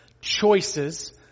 choices